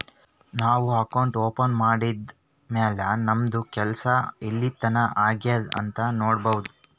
ನಾವು account open ಮಾಡದ್ದ್ ಮ್ಯಾಲ್ ನಮ್ದು ಕೆಲ್ಸಾ ಎಲ್ಲಿತನಾ ಆಗ್ಯಾದ್ ಅಂತ್ ನೊಡ್ಬೋದ್